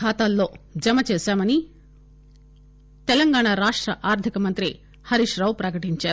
ఖాతాలలో జమచేశామని తెలంగాణ రాష్ట ఆర్థిక మంత్రి హరీశ్ రావు ప్రకటించారు